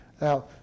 Now